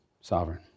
sovereign